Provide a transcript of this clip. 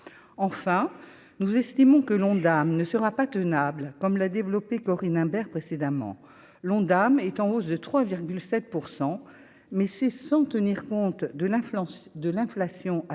enfin, nous estimons que l'Ondam ne sera pas tenable, comme la développer Corinne Imbert précédemment l'Ondam est en hausse de 3,7 pour 100, mais c'est sans tenir compte de l'influence de